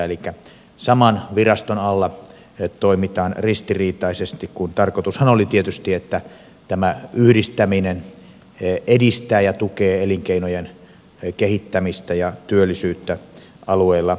elikkä saman viraston alla toimitaan ristiriitaisesti kun tarkoitushan oli tietysti että yhdistäminen edistää ja tukee elinkeinojen kehittämistä ja työllisyyttä alueella